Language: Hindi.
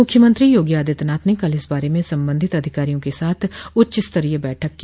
मुख्यमंत्री योगी आदित्यनाथ ने कल इस बारे में संबंधित अधिकारियों के साथ उच्च स्तरीय बैठक की